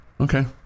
Okay